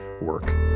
work